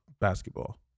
basketball